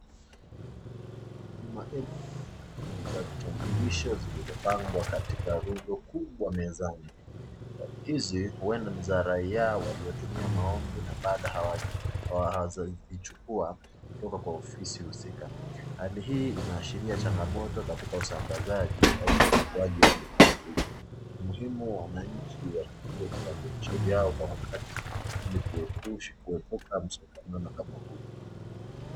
Ni maelfu ya vitambulisho zilizopangwa katika rundo kubwa mezani, hizi huenda ni za raiya waliotumia maombi na bado hawajazichukua kutoka kwa ofisi husika. Hali hii inaashiria changamoto katika usambazaji au uchukuaji wa vitambulisho. Ni muhimu wananchi wachukue vitambulisho vyao kwa wakati ili kuepuka msongamano kama huu.